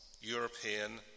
European